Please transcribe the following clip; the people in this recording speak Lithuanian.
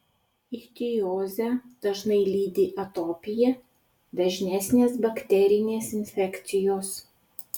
ichtiozę dažnai lydi atopija dažnesnės bakterinės infekcijos